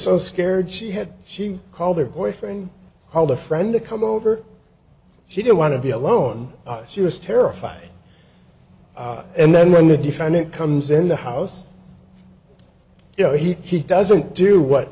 so scared she had she called her boyfriend called a friend to come over she didn't want to be alone she was terrified and then when the defendant comes in the house you know he doesn't do what